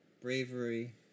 bravery